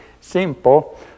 simple